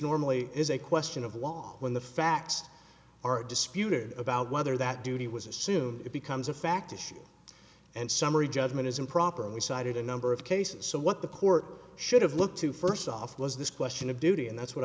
normally is a question of law when the facts are disputed about whether that duty was assume it becomes a fact issue and summary judgment is improper and we cited a number of cases so what the court should have looked to first off was this question of duty and that's what